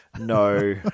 no